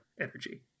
energy